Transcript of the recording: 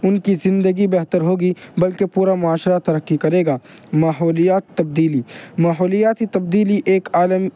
ان کی زندگی بہتر ہوگی بلکہ پورا معاشرہ ترقی کرے گا ماحولیات تبدیلی ماحولیاتی تبدیلی ایک عالم